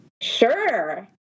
Sure